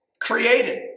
created